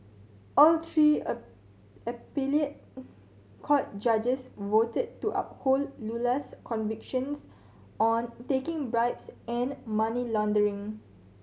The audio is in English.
all three a court judges voted to uphold Lula's convictions on taking bribes and money laundering